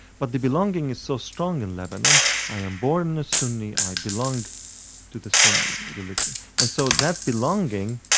but the belonging is so strong in lebanon i am born a sunni, i belong to the sunni religion. and so that belonging,